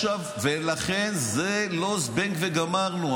ולכן זה לא זבנג וגמרנו.